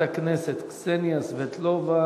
חברת הכנסת קסניה סבטלובה,